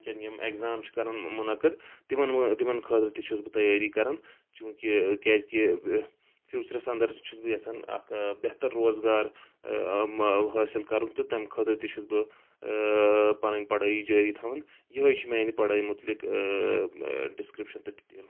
وٕنکیٚن یِم ایٚگزام چھِ کران مُنقعد تِمن تِمن خٲطرٕ تہِ چھُس بہٕ تیٲری کران چوٗنٛکہِ کیٛازِکہِ فیوٗچرس اندر چھُس بہٕ یژھان اکھ بہتر روزگار حٲصِل کرُن تہٕ تمہِ خٲطرٕ تہِ چھُس بہٕ پنٕنۍ پڑٲیی جٲری تھاوٕنۍ یِہے چھِ میانہِ پڑٲے مُتعلِق ڈسکرپشن تہٕ ڈِٹیل